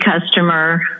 customer